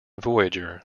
voyager